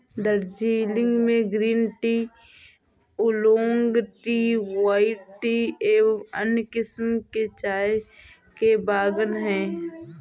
दार्जिलिंग में green tea, oolong tea, white tea एवं अन्य किस्म के चाय के बागान हैं